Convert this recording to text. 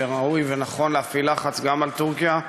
שראוי ונכון להפעיל לחץ גם על טורקיה,